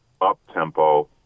up-tempo